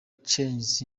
changes